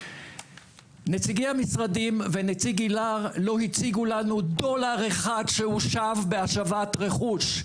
נציגי המשרדים ונציג איל"ר לא הציגו לנו דולר אחד שהושב בהשבת רכוש.